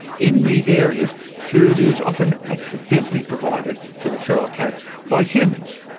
in these areas, food is often accidentally provided for the feral cats by humans.